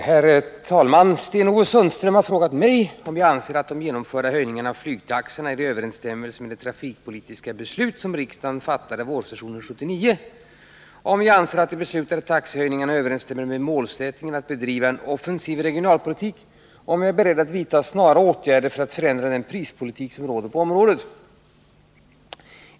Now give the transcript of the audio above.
Herr talman! Sten-Ove Sundström har frågat mig om jag anser att de genomförda höjningarna av flygtaxorna är i överensstämmelse med det trafikpolitiska beslut som riksdagen fattade vårsessionen 1979, om jag anser att de beslutade taxehöjningarna överensstämmer med målsättningen att bedriva en offensiv regionalpolitik och om jag är beredd att vidta snara åtgärder för att förändra den prispolitik som råder på området.